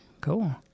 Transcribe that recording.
Cool